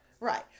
Right